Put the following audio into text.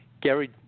Gary